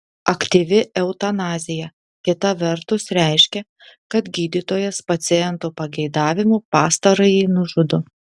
aktyvi eutanazija kita vertus reiškia kad gydytojas paciento pageidavimu pastarąjį nužudo